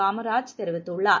காமராஜ் தெரிவித்துள்ளார்